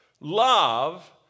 love